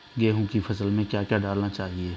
गेहूँ की फसल में क्या क्या डालना चाहिए?